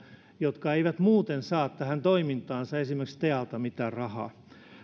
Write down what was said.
jotka eivät muuten saa tähän toimintaansa esimerkiksi stealta mitään rahaa